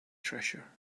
treasure